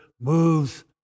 moves